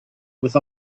with